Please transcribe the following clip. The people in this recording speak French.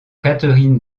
catherine